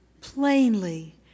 plainly